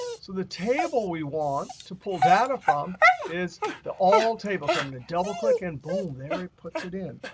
so the table we want to pull data from is the all table. so i'm going to double click. and boom, there it puts it in.